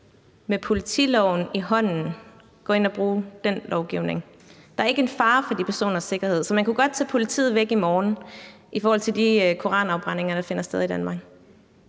med politiloven i hånden gå ind og bruge den lovgivning. Der er ikke en fare for de personers sikkerhed, så man kunne godt tage politiet væk i morgen i forbindelse med de koranafbrændinger, der finder sted i Danmark.